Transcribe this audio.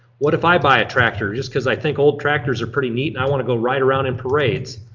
what if i buy a tractor just cause i think old tractors are pretty neat and i want to go ride around in parades?